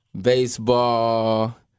baseball